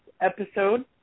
episode